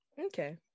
Okay